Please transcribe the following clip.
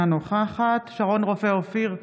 אינה נוכחת שרון רופא אופיר,